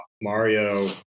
Mario